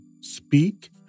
speak